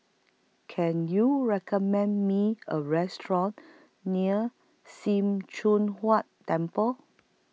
Can YOU recommend Me A near SIM Choon Huat Temple